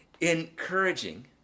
encouraging